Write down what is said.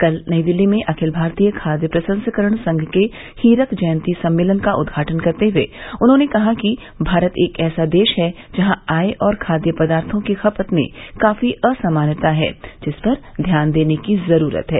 कल नई दिल्ली में अखिल भारतीय खाद्य प्रसंस्करण संघ के हीरक जयंती सम्मेलन का उद्घाटन करते हुए उन्होंने कहा कि भारत एक ऐसा देश है जहां आय और खाद्य पदार्थो की खपत में काफी असमानता है जिस पर ध्यान देने की जरूरत है